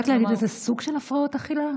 את יודעת להגיד איזה סוג של הפרעות אכילה,